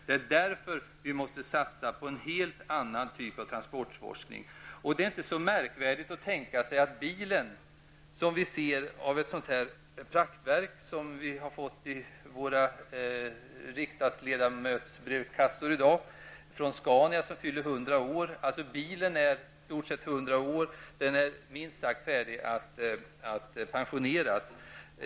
Det är av den anledningen vi måste satsa på en helt annan typ av transportforskning. Vi har i dag i våra brevinkast här i riksdagen fått ett praktverk från Scania, som fyller 100 år i år. Bilen är alltså i stort sett 100 år, och den är minst sagt färdig att pensioneras.